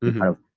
kind of